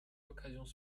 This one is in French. occasions